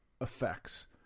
effects